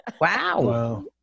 Wow